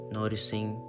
noticing